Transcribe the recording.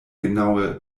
genaue